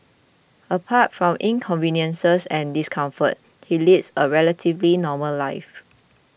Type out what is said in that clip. apart from inconvenience and discomfort he leads a relatively normal life